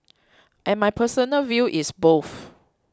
and my personal view is both